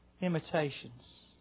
imitations